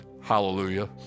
hallelujah